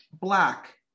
black